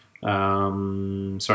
sorry